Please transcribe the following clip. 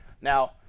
Now